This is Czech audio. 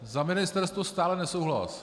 Za ministerstvo stále nesouhlas.